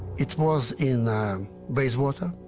it was in bayswater,